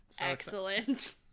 Excellent